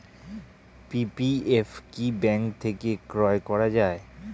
PPF কি bank থেকে ক্রয় করা যায়?